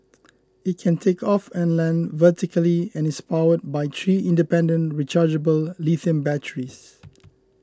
it can take off and land vertically and is powered by three independent rechargeable lithium batteries